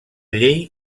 llei